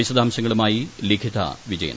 വിശദാംശങ്ങളുമായി ലിഖിത വിജയൻ